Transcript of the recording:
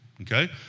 Okay